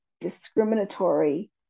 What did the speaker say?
discriminatory